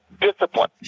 discipline